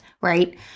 right